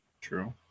True